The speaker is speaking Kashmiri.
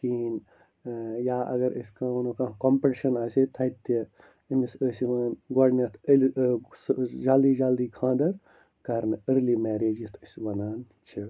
کِہیٖنۍ یا اگر أسۍ کانٛہہ کمپِٹشن آسہِ تَتہِ أمِس ٲسۍ یِوان گۄڈٕنیٚتھ جلدی جلدی خانٛدر کَرنہٕ أرلی میریج یَتھ أسۍ وَنان چھِ